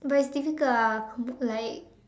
but it's difficult ah like